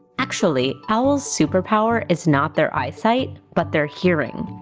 actually, owls' superpower is not their eyesight but their hearing!